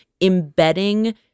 embedding